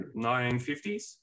1950s